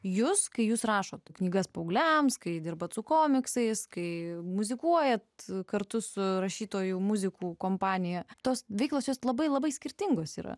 jus kai jūs rašote knygas paaugliams kai dirbate su komiksais kai muzikuojate kartu su rašytojų muzikų kompanija tos veiklos jos labai labai skirtingos yra